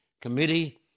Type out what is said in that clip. Committee